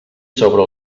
sobre